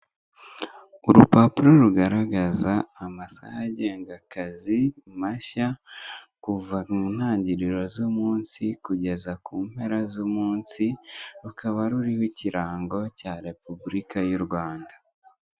Urupapuro rugaragaza amasaha agenga akazi mashya kuva mu ntangiriro z'umunsi kugeza ku mpera z'umunsi, rukaba ruriho ikirango cya repubulika y'u Rwanda.